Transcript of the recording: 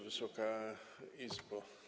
Wysoka Izbo!